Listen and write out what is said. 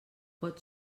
pot